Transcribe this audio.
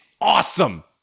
awesome